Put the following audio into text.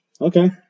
okay